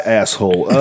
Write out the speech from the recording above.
asshole